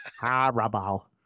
horrible